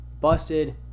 busted